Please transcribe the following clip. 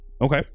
Okay